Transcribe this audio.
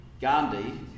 Gandhi